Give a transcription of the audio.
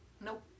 nope